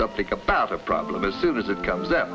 something about a problem as soon as it comes